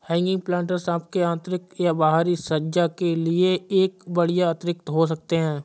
hanging planters आपके आंतरिक या बाहरी सज्जा के लिए एक बढ़िया अतिरिक्त हो सकते है